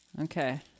Okay